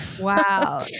wow